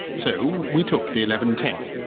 so we took the eleven ten,